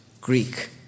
Greek